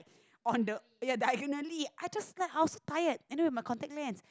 on the ya diagonally I just slept I was tired and then with my contact lens